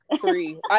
three